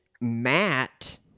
Matt